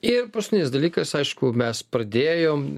ir paskutinis dalykas aišku mes pradėjom